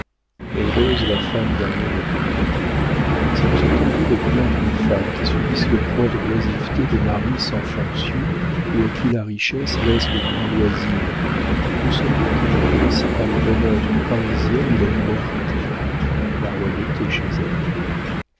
heureuse la femme d'un homme occupé si vous entendiez les plaintes des femmes qui subissent le poids de l'oisiveté des maris sans fonctions ou à qui la richesse laisse de grands loisirs vous sauriez que le principal bonheur d'une parisienne est la liberté la royauté chez elle